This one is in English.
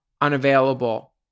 unavailable